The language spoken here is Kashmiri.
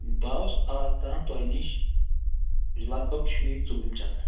بہٕ آس اَزتام تۄہہِ نِش لگ بگ چھُ مےٚ یہِ ژوٗرِم چکر